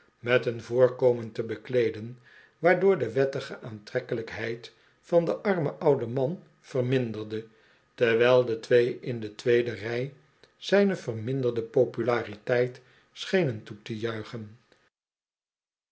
met een voorkomen te bekleeden waardoor de wettige aantrekkelijkheid van den armen ouden man verminderde terwijl de twee in de tweede rij zijne verminderde populariteit schenen toe te juichen